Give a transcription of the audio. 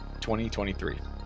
2023